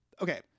okay